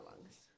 lungs